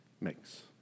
makes